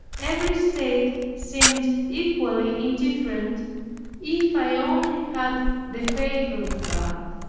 every state seemed equally indifferent if i only had the favor of god.